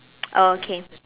oh okay